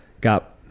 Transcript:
got